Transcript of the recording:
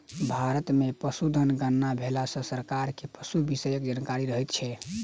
भारत मे पशुधन गणना भेला सॅ सरकार के पशु विषयक जानकारी रहैत छै